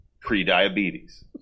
pre-diabetes